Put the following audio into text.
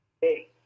Hey